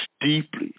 deeply